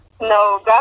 No